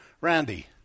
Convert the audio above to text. Randy